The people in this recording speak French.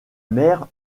mère